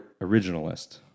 originalist